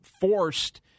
forced